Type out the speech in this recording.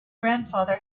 grandfather